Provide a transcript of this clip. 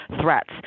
threats